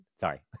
sorry